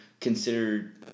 considered